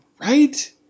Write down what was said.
Right